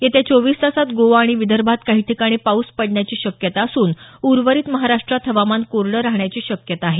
येत्या चोवीस तासात गोवा आणि विदर्भात काही ठिकाणी पाऊस पडण्याची शक्यता असून उर्वरित महाराष्टात हवामान कोरडं राहण्याची शक्यता आहे